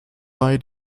bei